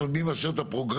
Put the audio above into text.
זאת אומרת מי מאשר את הפרוגרמה?